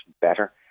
better